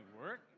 work